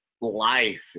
life